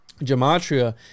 gematria